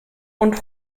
und